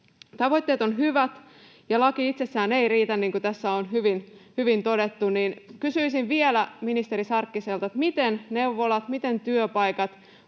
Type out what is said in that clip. Tavoitteet ovat hyvät ja laki itsessään ei riitä, niin kuin tässä on hyvin todettu. Kysyisin vielä ministeri Sarkkiselta, miten neuvolat, miten työpaikat,